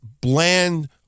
bland